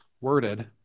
worded